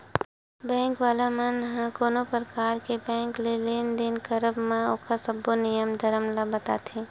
bank वाला मन ह कोनो परकार ले बेंक म लेन देन के करब म ओखर सब्बो नियम धरम ल बताथे